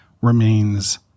remains